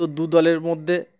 তো দুদলের মধ্যে